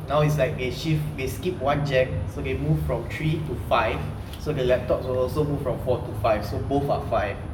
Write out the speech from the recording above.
now is like they shift they skip one gen so they move from three to five so the laptops will also move from four to five so both are five